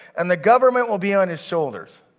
and the government will be on his shoulders.